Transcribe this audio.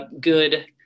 good